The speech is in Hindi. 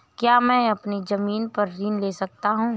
क्या मैं अपनी ज़मीन पर ऋण ले सकता हूँ?